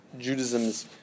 Judaism's